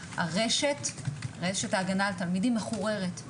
רשת ההגנה על התלמידים מחוררת,